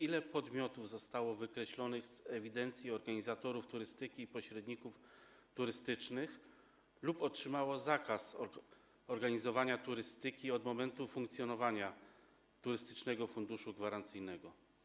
Ile podmiotów zostało wykreślonych z Centralnej Ewidencji Organizatorów Turystyki i Pośredników Turystycznych lub otrzymało zakaz organizowania turystyki od rozpoczęcia funkcjonowania Turystycznego Funduszu Gwarancyjnego?